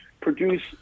produce